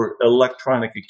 electronic